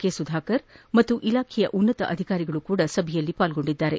K Sudhakar ಹಾಗೂ ಇಲಾಖೆಯ ಉನ್ನತ ಅಧಿಕಾರಿಗಳು ಸಭೆಯಲ್ಲಿ ಪಾಲ್ಗೊಂಡಿದ್ದಾರೆ